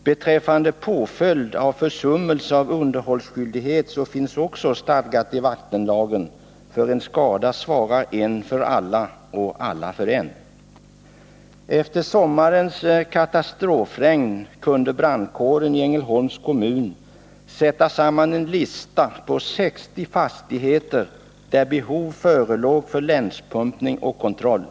Beträffande påföljd för försummelse av underhållsskyldighet finns också stadgat i vattenlagen att för en skada svarar en för alla och alla för en. Efter sommarens katastrofregn kunde brandkåren i Ängelholms kommun sätta samman en lista på 60 fastigheter, för vilka behov förelåg av länspumpning och kontroll.